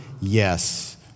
yes